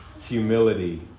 humility